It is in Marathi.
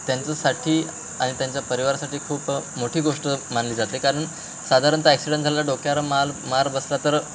त्यांच्यासाठी आणि त्यांच्या परिवारासाठी खूप मोठी गोष्ट मानली जाते कारण साधारणतः ॲक्सिडेंट झाला डोक्यावर माल मार बसला तर